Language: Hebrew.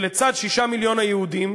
ושלצד 6 מיליון היהודים,